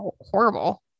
horrible